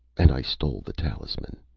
and i stole the talisman.